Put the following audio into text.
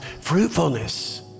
fruitfulness